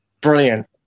Brilliant